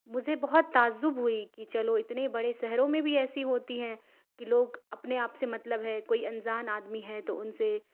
مجھے بہت تعجب ہوئی کہ چلو اتنے بڑے شہروں میں بھی ایسی ہوتی ہیں کہ لوگ اپنے آپ سے مطلب ہے کوئی انجان آدمی ہیں تو ان سے